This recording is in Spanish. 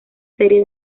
serie